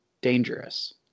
dangerous